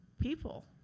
people